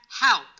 help